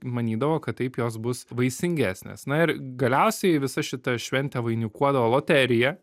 manydavo kad taip jos bus vaisingesnės na ir galiausiai visą šitą šventę vainikuodavo loterija